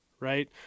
right